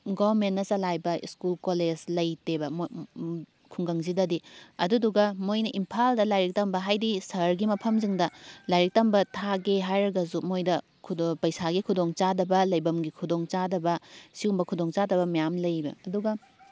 ꯒꯣꯔꯃꯦꯟꯅ ꯆꯂꯥꯏꯕ school college ꯂꯩꯇꯦꯕ ꯈꯨꯡꯒꯪꯁꯤꯗꯗꯤ ꯑꯗꯨꯗꯨꯒ ꯃꯣꯏꯅ ꯏꯝꯐꯥꯜꯗ ꯂꯥꯏꯔꯤꯛ ꯇꯝꯕ ꯍꯥꯏꯗꯤ ꯁꯍꯔꯒꯤ ꯃꯐꯝꯁꯤꯡꯗ ꯂꯥꯏꯔꯤꯛ ꯇꯝꯕ ꯊꯥꯒꯦ ꯍꯥꯏꯔꯒꯁꯨ ꯃꯣꯏꯗ ꯄꯩꯁꯥꯒꯤ ꯈꯨꯗꯣꯡ ꯆꯥꯗꯕ ꯂꯩꯐꯝꯒꯤ ꯈꯨꯗꯣꯡ ꯆꯥꯗꯕ ꯁꯤꯒꯨꯝꯕ ꯈꯨꯗꯣꯡ ꯆꯥꯗꯕ ꯃꯌꯥꯝ ꯂꯩꯕ ꯑꯗꯨꯒ